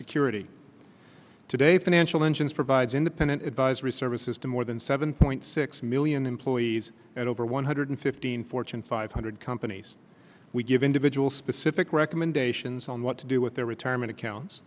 security today financial engines provides independent advisory services to more than seven point six million employees at over one hundred fifteen fortune five hundred companies we give individual specific recommendations on what to do with their retirement accounts